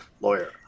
lawyer